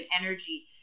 energy